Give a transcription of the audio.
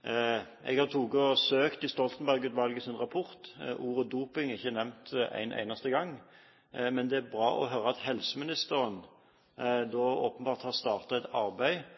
Jeg har søkt i Stoltenberg-utvalgets rapport. Ordet «doping» er ikke nevnt en eneste gang. Men det er bra å høre at helseministeren åpenbart har startet et arbeid